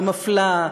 המפלה,